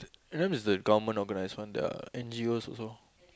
that time is the government organise one the N_G_Os also